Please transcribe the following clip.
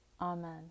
Amen